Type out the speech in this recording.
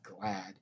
glad